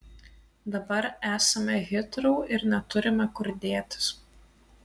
dabar esame hitrou ir neturime kur dėtis